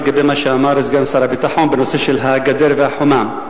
לגבי מה שאמר סגן שר הביטחון בנושא של הגדר והחומה.